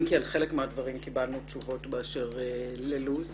אם כי על חלק מהדברים קיבלנו תשובות באשר ללוח הזמנים.